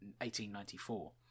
1894